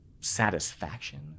satisfaction